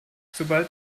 sobald